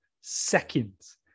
seconds